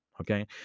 Okay